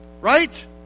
Right